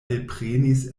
elprenis